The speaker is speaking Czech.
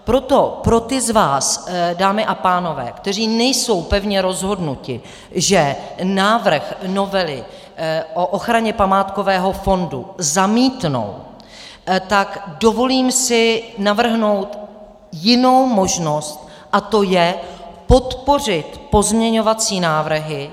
Proto pro ty z vás, dámy a pánové, kteří nejsou pevně rozhodnuti, že návrh novely o ochraně památkového fondu zamítnou, si dovolím navrhnout jinou možnost a tou je podpořit pozměňovací návrhy.